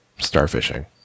starfishing